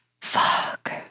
Fuck